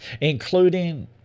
including